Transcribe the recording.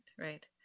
Right